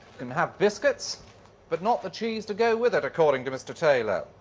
can have biscuits but not the cheese to go with it, according to mr taylor.